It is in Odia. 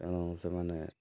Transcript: ତେଣୁ ସେମାନେ